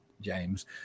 james